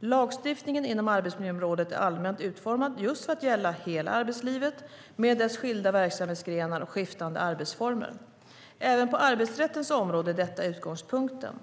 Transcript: Lagstiftningen inom arbetsmiljöområdet är allmänt utformad just för att gälla hela arbetslivet med dess skilda verksamhetsgrenar och skiftande arbetsformer. Även på arbetsrättens område är detta utgångspunkten.